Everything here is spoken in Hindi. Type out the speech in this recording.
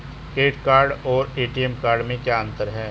क्रेडिट कार्ड और ए.टी.एम कार्ड में क्या अंतर है?